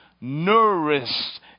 nourished